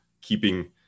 keeping